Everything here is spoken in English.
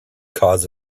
cause